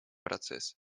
процесс